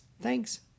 Thanks